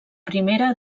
primera